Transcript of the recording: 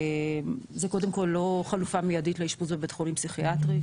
זה קודם כל לא חלופה מיידית לאשפוז בבית חולים פסיכיאטרי.